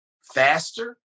faster